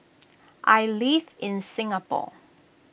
I live in Singapore